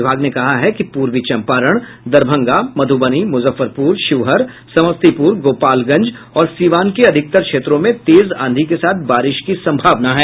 विभाग ने कहा है कि पूर्वी चंपारण दरभंगा मध्बनी मुजफ्फरपुर शिवहर समस्तीपुर गोपालगंज और सीवान के अधिकतर क्षेत्रों में तेज आंधी के साथ बारिश की सम्भावना है